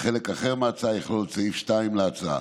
וחלק אחר מההצעה יכלול את סעיף 2 להצעה.